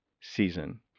season